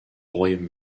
royaume